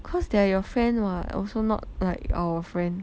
cause they're your friends [what] also not like our friend